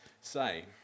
say